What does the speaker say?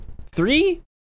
three